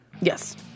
Yes